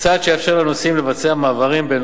צעד שיאפשר לנוסעים לבצע מעברים בין